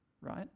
right